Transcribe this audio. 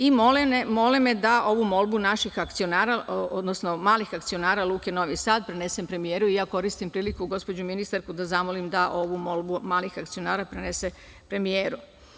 I, mole me da ovu molbu naših akcionara, odnosno malih akcionara Luke Novi Sad prenesem premijeru, i ja koristim priliku gospođu ministarku da zamolim da ovu molbu malih akcionara prenese premijeru.